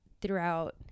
throughout